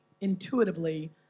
intuitively